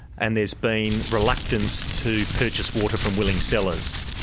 and there's been reluctance to purchase water from willing sellers.